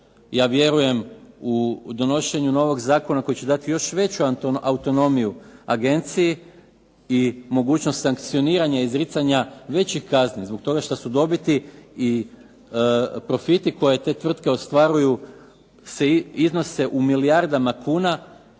će pomoći u donošenju novog Zakona koji će dati još veću autonomiju agenciji i mogućnost sankcioniranja, izricanja većih kazni zato što su dobiti i profiti koje te tvrtke ostvaraju iznose u milijardama kuna,